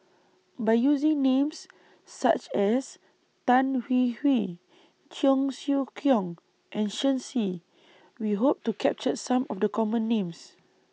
By using Names such as Tan Hwee Hwee Cheong Siew Keong and Shen Xi We Hope to capture Some of The Common Names